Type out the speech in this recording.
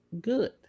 good